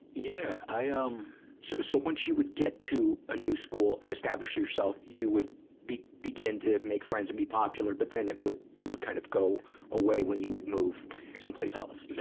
yeah. ah um so, so once you would get to a new school and establish yourself, you would be, begin to make friends and be popular. but then it would, it would kind of go away when you would move someplace else. yeah